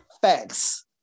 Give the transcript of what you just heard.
facts